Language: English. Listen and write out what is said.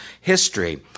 history